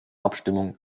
abstimmung